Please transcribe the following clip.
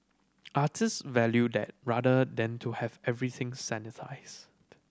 artist value that rather than to have everything sanitised